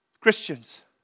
Christians